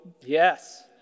Yes